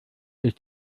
ist